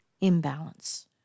imbalance